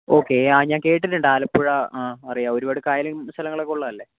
okay ആ ഞാൻ കേട്ടിട്ടുണ്ട് ആലപ്പുഴ ആ അറിയാം ഒരുപാട് കായലും സ്ഥലങ്ങളൊക്കെ ഉള്ളതല്ലേ